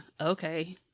okay